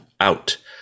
out